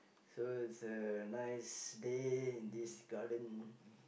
so it's a nice day in this garden